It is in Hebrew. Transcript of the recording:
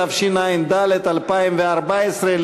התשע"ד 2014,